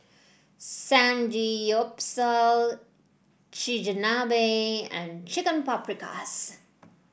Samgeyopsal Chigenabe and Chicken Paprikas